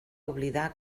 oblidar